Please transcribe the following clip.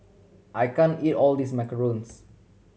I can't eat all of this macarons